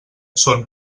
són